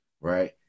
right